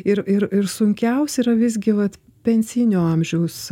ir ir ir sunkiausia yra visgi vat pensijinio amžiaus